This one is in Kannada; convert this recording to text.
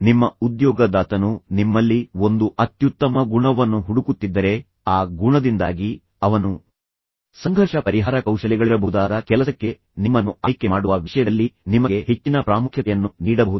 ನಿಮ್ಮ ಉದ್ಯೋಗದಾತನು ನಿಮ್ಮಲ್ಲಿ ಒಂದು ಅತ್ಯುತ್ತಮ ಗುಣವನ್ನು ಹುಡುಕುತ್ತಿದ್ದರೆ ಆ ಗುಣದಿಂದಾಗಿ ಅವನು ಸಂಘರ್ಷ ಪರಿಹಾರ ಕೌಶಲ್ಯಗಳಿರಬಹುದಾದ ಕೆಲಸಕ್ಕೆ ನಿಮ್ಮನ್ನು ಆಯ್ಕೆ ಮಾಡುವ ವಿಷಯದಲ್ಲಿ ನಿಮಗೆ ಹೆಚ್ಚಿನ ಪ್ರಾಮುಖ್ಯತೆಯನ್ನು ನೀಡಬಹುದು